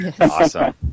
Awesome